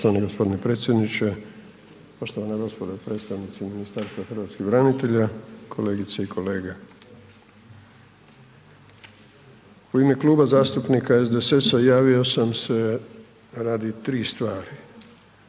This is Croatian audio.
Poštovani gospodine predsjedniče, poštovana gospodo predstavnici Ministarstva hrvatskih branitelja, kolegice i kolege, u ime Kluba zastupnika SDSS-a javio sam se radi tri stvari.